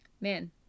man